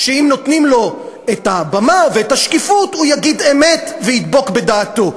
שאם נותנים לו את הבמה ואת השקיפות הוא יגיד אמת וידבק בדעתו.